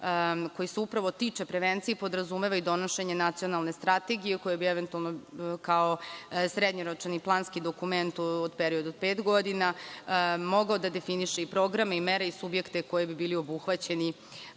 koji se upravo tiče prevencije i podrazumeva i donošenje nacionalne strategije koja bi, kao srednjoročan i planski dokument na period od pet godina, mogla da definiše i programe i mere i subjekte koji bi bili obuhvaćeni